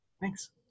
Thanks